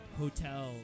hotel